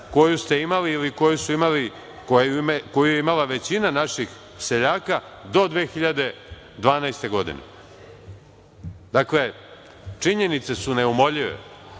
koju ste imali ili koju je imala većina naših seljaka do 2012. godine. Činjenice su neumoljive.